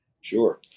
Sure